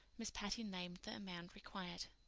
miss patty named the amount required.